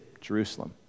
Jerusalem